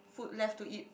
food left to eat